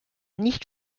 nicht